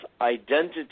identity